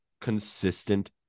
consistent